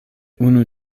unu